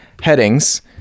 headings